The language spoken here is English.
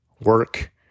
work